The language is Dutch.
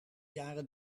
jaren